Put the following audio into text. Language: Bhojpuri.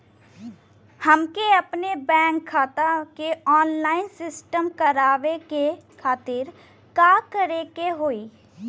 हमके अपने बैंक खाता के ऑनलाइन सिस्टम करवावे के खातिर का करे के होई?